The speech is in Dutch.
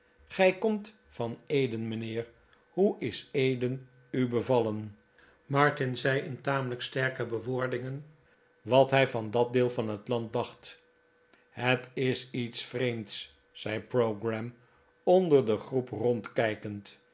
jgij komt van eden mijnheer hoe is eden u bevallen martin zei in tamelijk sterke bewoordingen wat hij van dat deel van het land dacht tr het is iets vreemds zei pogram onder de groep rondkijkend